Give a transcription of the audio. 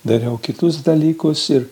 dariau kitus dalykus ir